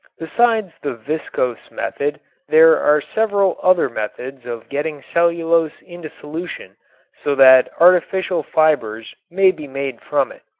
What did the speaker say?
besides the viscose method there are several other methods of getting cellulose into solution so that artificial fibers may be made from it.